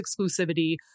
exclusivity